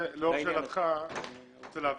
לשאלתך, אני רוצה להבהיר.